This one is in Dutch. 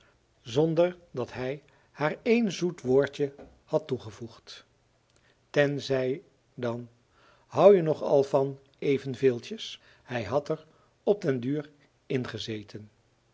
zonder dat hij haar één zoet woordje had toegevoegd tenzij dan houje nog al van evenveeltjes hij had er op den duur ingezeten